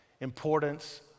importance